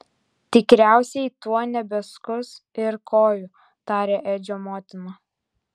tikriausiai tuoj nebeskus ir kojų tarė edžio motina